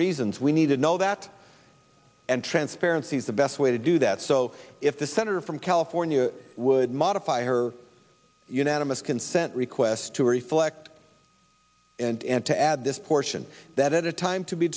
reasons we need to know that and transparency is the best way to do that so if the senator from california would modify her unanimous consent request to reflect and to add this portion that at a time to be